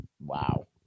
Wow